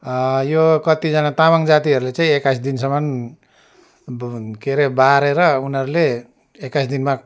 यो कतिजना तामाङ जातिहरूले चाहिँ एक्काइस दिनसम्म अब के अरे बारेर उनीहरूले एक्काइस दिनमा